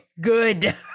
good